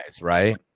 right